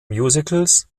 musicals